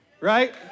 right